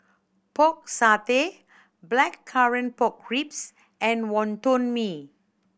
Pork Satay Blackcurrant Pork Ribs and Wonton Mee